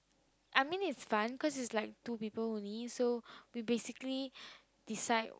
I mean is fun cause its like two people only so we basically decide